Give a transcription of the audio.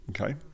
Okay